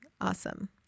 Awesome